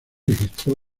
registró